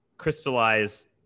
crystallize